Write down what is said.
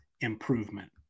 improvement